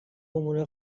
امور